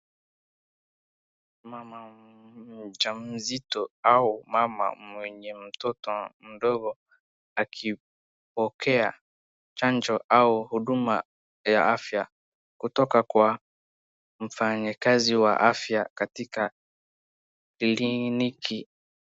Mama mja mzito au mama mwenye mtoto mdogo akipokea chanjo au huduma ya afya, kutoka kwa mfanyikazi wa afya katika kliniki.